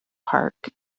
park